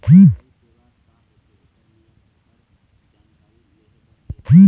UPI सेवा का होथे ओकर मोला भरभर जानकारी लेहे बर हे?